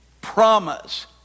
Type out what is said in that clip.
promise